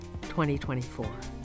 2024